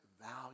value